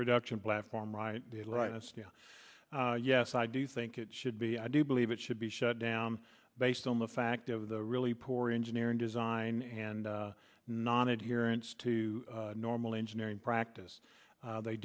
production platform right right yes i do think it should be i do believe it should be shut down based on the fact of the really poor engineering design and non adherence to normal engineering practice they